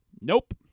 Nope